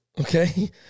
Okay